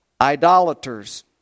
idolaters